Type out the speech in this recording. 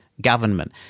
government